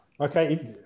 Okay